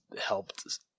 helped